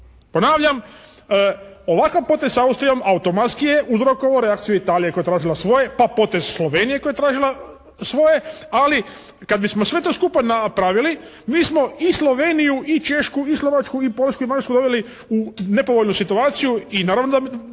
Ponavljam, ovakav potez sa Austrijom automatski je uzrokovao reakciju Italije koja je tražila svoje, pa potez Slovenije koja je tražila svoje. Ali kada bismo sve to skupa napravili mi smo i Sloveniju i Češku i Slovačku … doveli u nepovoljnu situaciju i naravno da